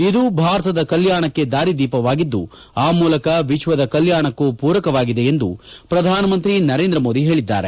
ಇದು ಭಾರತದ ಕಲ್ಕಾಣಕ್ಕೆ ದಾರಿದೀಪವಾಗಿದ್ದು ಆ ಮೂಲಕ ವಿಶ್ವದ ಕಲ್ಕಾಣಕ್ಕೂ ಪೂರಕವಾಗಿದೆ ಎಂದು ಪ್ರಧಾನಮಂತ್ರಿ ನರೇಂದ್ರಮೋದಿ ಹೇಳಿದ್ದಾರೆ